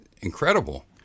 incredible